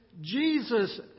Jesus